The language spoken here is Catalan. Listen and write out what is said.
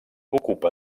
ocupa